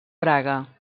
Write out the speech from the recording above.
braga